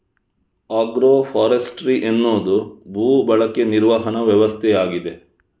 agro forestry ಎನ್ನುವುದು ಭೂ ಬಳಕೆ ನಿರ್ವಹಣಾ ವ್ಯವಸ್ಥೆಯಾಗಿದೆ